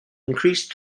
increased